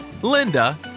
Linda